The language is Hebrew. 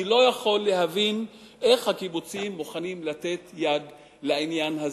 אני לא יכול להבין איך הקיבוצים מוכנים לתת יד לעניין הזה.